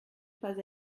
pas